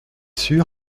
sûr